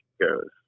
goes